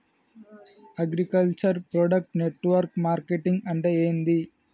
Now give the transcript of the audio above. Agriculture product network marketing అంటే ఏంది?